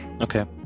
Okay